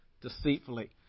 deceitfully